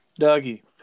Dougie